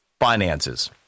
finances